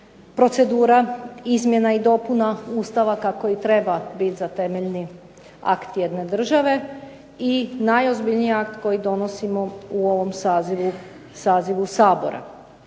procedura izmjena i dopuna Ustava kako i treba biti za temeljni akt jedne države i najozbiljniji akt koji donosimo u ovom sazivu Sabora.